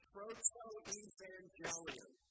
Proto-evangelium